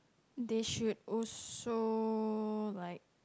they should also like